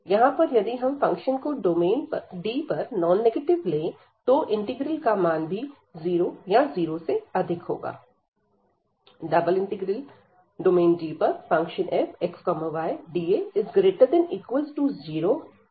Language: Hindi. यहां पर यदि हम फंक्शन को डोमेन D पर नॉन नेगेटिव ले तो इंटीग्रल का मान भी 0 या 0 से अधिक होगा